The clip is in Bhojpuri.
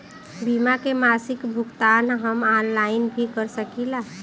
बीमा के मासिक भुगतान हम ऑनलाइन भी कर सकीला?